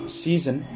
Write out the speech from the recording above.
season